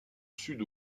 sud